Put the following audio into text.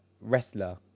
wrestler